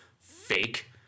fake